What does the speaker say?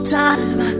time